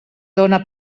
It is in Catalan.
dóna